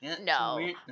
No